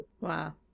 Wow